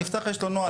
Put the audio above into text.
יפתח, יש לו נוהל.